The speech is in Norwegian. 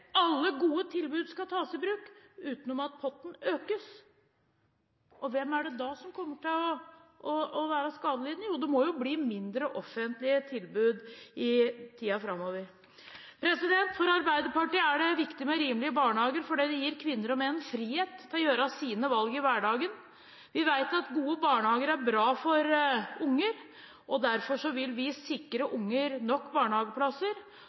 Alle gode tilbud skal tas i bruk uten at potten økes. Hvem er det da som kommer til å være skadelidende? Det må jo bli færre offentlige tilbud i tiden framover. For Arbeiderpartiet er det viktig med rimelige barnehager fordi det gir kvinner og menn frihet til å gjøre sine valg i hverdagen. Vi vet at gode barnehager er bra for unger, og derfor vil vi sikre unger nok barnehageplasser.